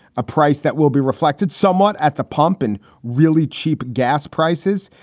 a price that will be reflected somewhat at the pump and really cheap gas prices.